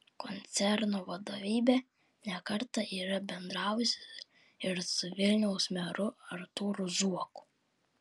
koncerno vadovybė ne kartą yra bendravusi ir su vilniaus meru artūru zuoku